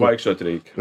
vaikščiot reikia